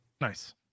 nice